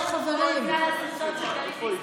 בדרך כלל הם, הכול בגלל הסרטון של גלית דיסטל?